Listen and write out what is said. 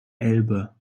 elbe